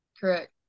Correct